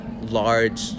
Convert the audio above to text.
large